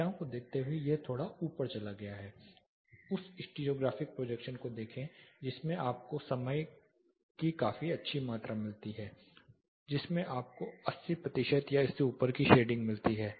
संख्याओं को देखते हुए यह थोड़ा ऊपर चला गया है उस स्टीरियोग्राफिक प्रोजेक्शन को देखें जिसमें आपको समय की काफी अच्छी मात्रा मिलती है जिसमें आपको 80 प्रतिशत या इससे ऊपर शेडिंग मिलती है